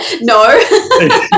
no